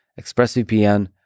ExpressVPN